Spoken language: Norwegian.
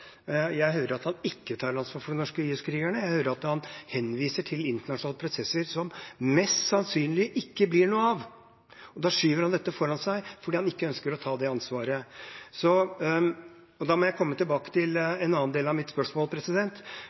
Jeg hører at han ikke tar ansvar for de norske IS-krigerne. Jeg hører at han henviser til internasjonale prosesser som mest sannsynlig ikke blir noe av, og da skyver han dette foran seg fordi han ikke ønsker å ta det ansvaret. Da må jeg komme tilbake til en annen del av mitt spørsmål,